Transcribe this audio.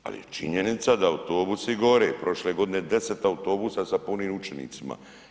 Ali je činjenica da autobusi gore, prošle godine 10 autobusa sa punim učenicima.